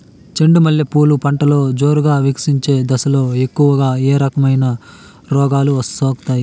చెండు మల్లె పూలు పంటలో జోరుగా వికసించే దశలో ఎక్కువగా ఏ రకమైన రోగాలు సోకుతాయి?